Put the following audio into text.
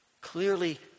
clearly